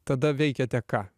tada veikiate ką